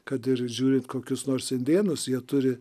kad ir žiūrint kokius nors indėnus jie turi